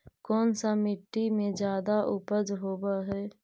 कोन सा मिट्टी मे ज्यादा उपज होबहय?